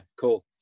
cool